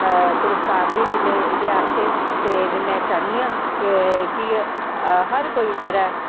पुरस्कार बी मिले हे एह्दे आस्तै ते में चाह्न्नी आं कि हर कोई जेह्ड़ा